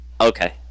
okay